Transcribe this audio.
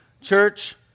church